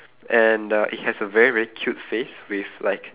and uh it has a very very cute face with like